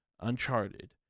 Uncharted